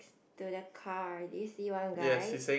to the car do you see one guy